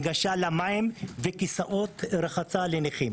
הנגשה למים וכיסאות רחצה לנכים